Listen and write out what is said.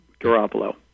Garoppolo